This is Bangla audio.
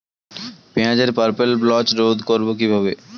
পেঁয়াজের পার্পেল ব্লচ রোধ করবো কিভাবে?